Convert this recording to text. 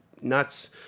nuts